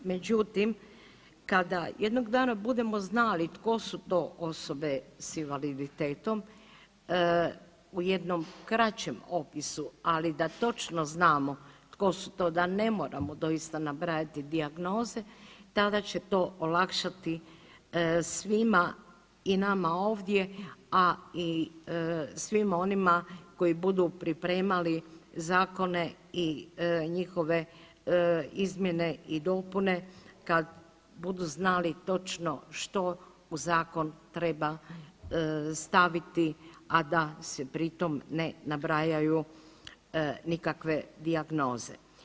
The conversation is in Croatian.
Međutim, kada jednog dana budemo znali tko su to osobe sa invaliditetom u jednom kraćem opisu, ali da točno znamo tko su to da ne moramo doista nabrajati dijagnoze tada će to olakšati svima i nama ovdje, a i svima onima koji budu pripremali zakone i njihove izmjene i dopune, kad budu znali točno što u zakon treba staviti a da se pritom ne nabrajaju nikakve dijagnoze.